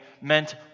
meant